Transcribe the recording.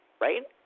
right